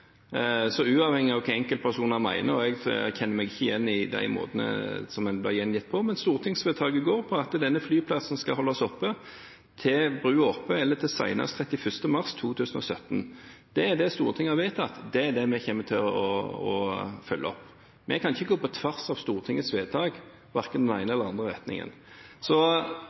Uavhengig av hva enkeltpersoner mener – og jeg kjenner meg ikke igjen i de måtene som en blir gjengitt på – går stortingsvedtaket ut på at denne flyplassen skal holdes oppe til broen er oppe eller til senest 31. mars 2017. Det er det Stortinget har vedtatt, det er det vi kommer til å følge opp. Vi kan ikke gå på tvers av Stortingets vedtak, verken den ene